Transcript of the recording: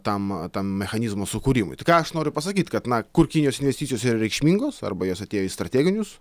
tam tam mechanizmo sukūrimui tai ką aš noriu pasakyt kad na kur kinijos investicijos reikšmingos arba jos atėjo į strateginius